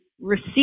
receive